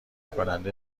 کننده